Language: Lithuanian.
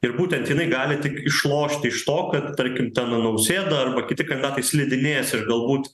ir būtent jinai gali tik išlošti iš to kad tarkim ten nau nausėda kiti kandidatai slidinės ir galbūt